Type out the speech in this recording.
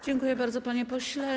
Dziękuję bardzo, panie pośle.